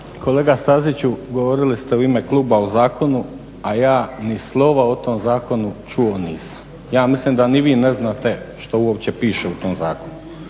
Kolega Staziću, govorili ste u ime kluba o zakonu, a ja ni slova o tom zakonu čuo nisam. Ja mislim da ni vi ne znate što uopće piše u tom zakonu